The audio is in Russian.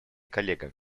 коллегами